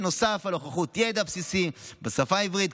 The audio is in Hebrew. ונוסף על הוכחת ידע בסיסי בשפה העברית.